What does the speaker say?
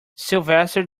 sylvester